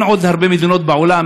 אין עוד הרבה מדינות בעולם,